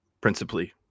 principally